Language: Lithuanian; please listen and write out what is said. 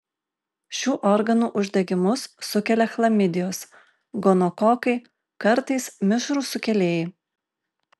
šių organų uždegimus sukelia chlamidijos gonokokai kartais mišrūs sukėlėjai